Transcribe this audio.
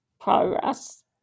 progress